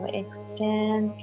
extend